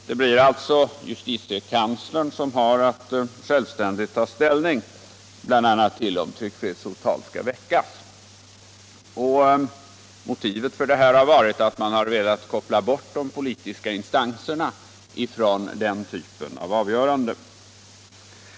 Det blir alltså justitiekanslern som har att självständigt ta ställning bl.a. till om tryckfrihetsåtal skall väckas. Motivet för detta har varit att man har velat koppla bort de politiska instanserna från den typen av avgöranden.